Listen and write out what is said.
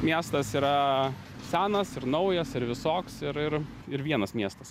miestas yra senas ir naujas ir visoks ir ir ir vienas miestas